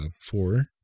four